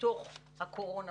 בתוך הקורונה,